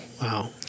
Wow